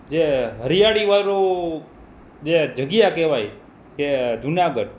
જે હરિયાળીવાળું જે જગ્યા કહેવાય એ જુનાગઢ